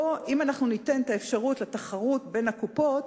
אם ניתן אפשרות לתחרות בין הקופות,